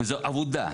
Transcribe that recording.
וזו עבודה.